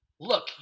look